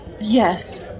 yes